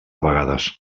vegades